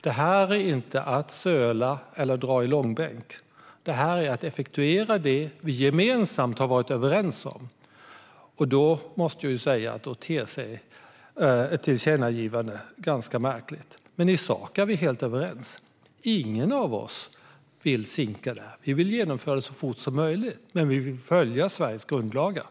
Det här är inte att söla eller dra i långbänk. Det är att effektuera det som vi gemensamt har varit överens om. Därför måste jag säga att ett tillkännagivande ter sig ganska märkligt. Men i sak är vi helt överens: Ingen av oss vill sinka det här. Vi vill genomföra det så fort som möjligt, men vi vill följa Sveriges grundlagar.